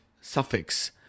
suffix